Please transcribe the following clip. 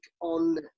on